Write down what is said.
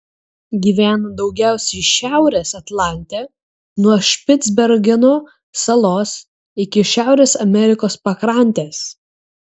gyvena daugiausiai šiaurės atlante nuo špicbergeno salos iki šiaurės amerikos pakrantės